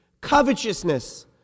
covetousness